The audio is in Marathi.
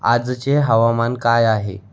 आजचे हवामान काय आहे